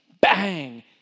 bang